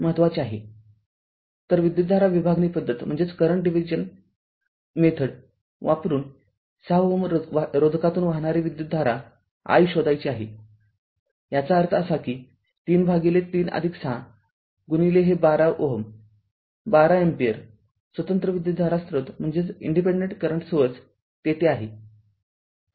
तरविद्युतधारा विभागणी पद्धत वापरून ६ Ω रोधकातून वाहणारी विद्युतधारा i शोधायची आहे याचा अर्थ असा की ३ भागिले ३६ गुणिले हे १२ Ω १२ अँपिअर स्वतंत्र विद्युतधारा स्रोत तेथे आहे